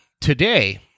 today